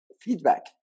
Feedback